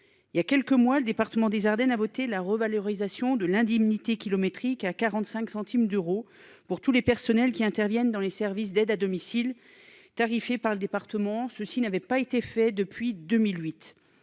Il y a quelques mois le département des Ardennes a voté la revalorisation de l'indemnité kilométrique à 45 centimes d'euros pour tous les personnels qui interviennent dans les services d'aide à domicile. Par le département, ceux-ci n'avait pas été fait depuis 2008.